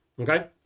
okay